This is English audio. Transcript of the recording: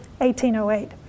1808